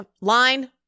line